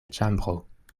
ĉambro